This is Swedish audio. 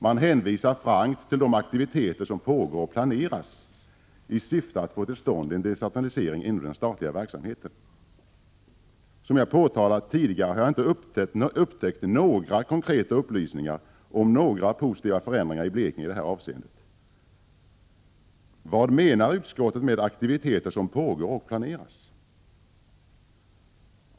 Man hänvisar frankt till de aktiviteter som pågår och planeras i syfte att få till stånd en decentralisering inom den statliga verksamheten. Som jag påtalat tidigare har jag inte upptäckt några konkreta upplysningar om några positiva förändringar i Blekinge i det här avseendet. Vad menar utskottet med aktiviteter som pågår och planeras?